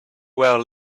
well